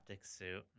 suit